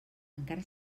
encara